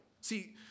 See